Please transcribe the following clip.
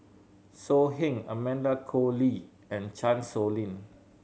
So Heng Amanda Koe Lee and Chan Sow Lin